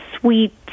sweet